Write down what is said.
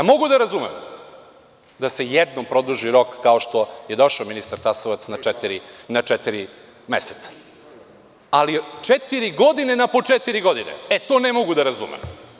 Mogu da razumem da se jednom produži rok, kao što je došao ministar Tasovac na četiri meseca, ali četiri godine na po četiri godine, e, to ne mogu da razumem.